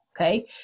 okay